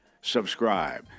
subscribe